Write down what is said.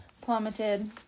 plummeted